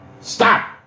Stop